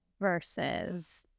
versus